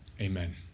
Amen